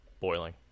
boiling